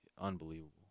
unbelievable